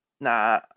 nah